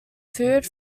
food